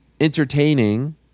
entertaining